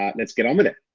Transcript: and lets get on with it.